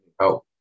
Help